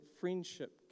friendship